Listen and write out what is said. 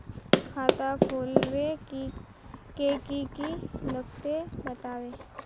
खाता खोलवे के की की लगते बतावे?